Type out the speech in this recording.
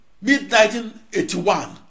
mid-1981